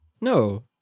No